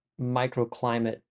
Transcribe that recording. microclimate